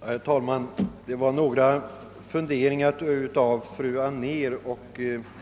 Herr talman! Det var några funderingar av fru Anér och